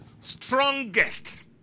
strongest